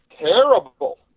Terrible